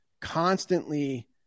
constantly